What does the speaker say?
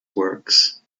works